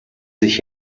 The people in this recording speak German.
sich